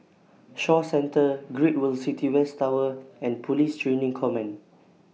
Shaw Centre Great World City West Tower and Police Training Command